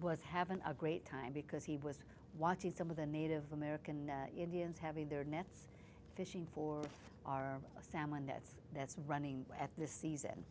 was have an a great time because he was watching some of the native american indians having their nets fishing for our salmon that's that's running at this season